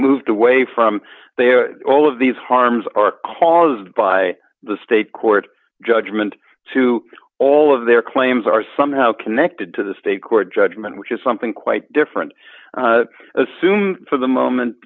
moved away from they are all of these harms are caused by the state court judgment to all of their claims are somehow connected to the state court judgment which is something quite different assume for the moment